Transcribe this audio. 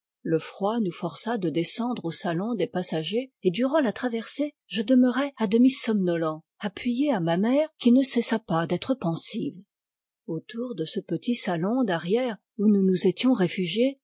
le froid nous força de descendre au salon des passagers et durant la traversée je demeurai à demi somnolent appuyé à ma mère qui ne cessa pas d'être pensive autour de ce petit salon d'arrière où nous nous étions réfugiés